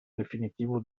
definitivo